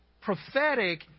prophetic